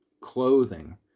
clothing